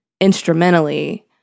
instrumentally